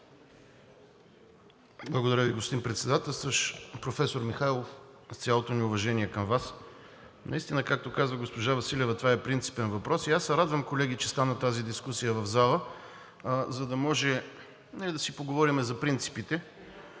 Благодаря Ви, господин Председател. Професор Михайлов, с цялото ми уважение към Вас. Наистина, както каза госпожа Василева, това е принципен въпрос. Аз се радвам, колеги, че стана тази дискусия в зала, за да може да си поговорим за принципите